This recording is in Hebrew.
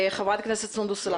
חברת הכנסת סונדוס סאלח.